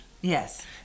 Yes